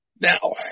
Now